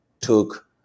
took